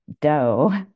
dough